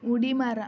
उडी मारा